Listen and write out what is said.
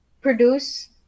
produce